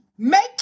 Make